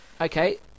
Okay